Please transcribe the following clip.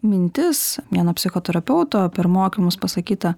mintis vieno psichoterapeuto per mokymus pasakyta